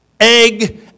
egg